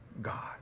God